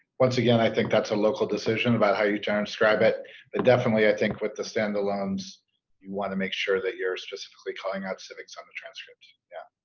once again i think that's a local decision about how you transcribe it but definitely i think with the stand-alones you want to make sure that you're specifically calling out civics on the transcripts yeah